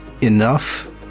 enough